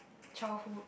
childhood